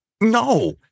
no